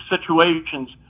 situations